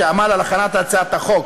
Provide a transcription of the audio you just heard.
שעמל על הכנת הצעת החוק.